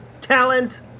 talent